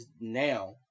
now